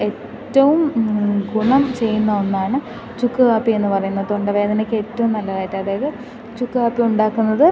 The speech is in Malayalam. എറ്റവും ഗുണം ചെയ്യുന്ന ഒന്നാണ് ചുക്ക് കാപ്പി എന്ന് പറയുന്നത് തൊണ്ടവേദനക്ക് ഏറ്റവും നല്ലതായിട്ട് അതായത് ചുക്ക് കാപ്പി ഉണ്ടാക്കുന്നത്